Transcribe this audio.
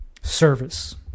service